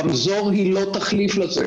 רמזור היא לא תחליף לזה.